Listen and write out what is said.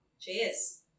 Cheers